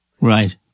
Right